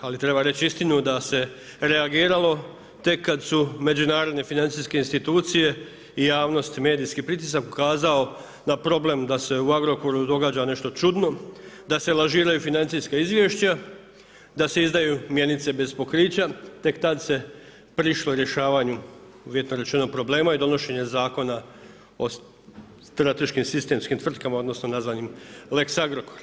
Ali, treba reći istinu da se reagiralo, tek kada su međunarodne financijske institucije i javnost, medijski pritisak, ukazao na problem, da se u Agrokoru događa nešto čudno, da se lažiraju financijska izvješća, da se izdaju mjenice bez pokrića, tek tada se prišlo rješavanju, uvjetno rečeno problema i donošenja Zakona o strateškim sistemskim tvrtkama odnosno, nazvanim lex Agrokor.